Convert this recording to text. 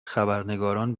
خبرنگاران